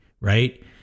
right